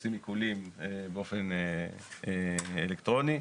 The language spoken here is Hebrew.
עושים עיקולים באופן אלקטרוני,